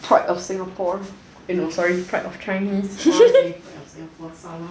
pride of singapore eh no sorry pride of chinese I want to say pride of singapore salah